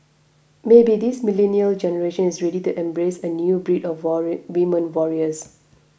maybe this millennial generation is ready to embrace a new breed of worry women warriors